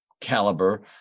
caliber